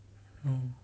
oh